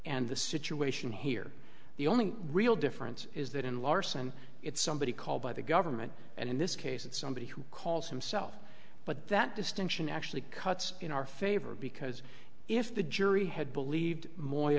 and the situation here the only real difference is that in larson it's somebody called by the government and in this case it's somebody who calls himself but that distinction actually cuts in our favor because if the jury had believed more